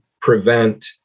prevent